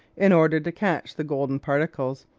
in order to catch the golden particles,